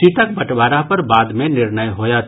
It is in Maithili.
सीटक बटवारा पर बाद मे निर्णय होयत